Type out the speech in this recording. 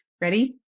Ready